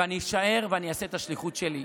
ואני אישאר ואני אעשה את השליחות שלי,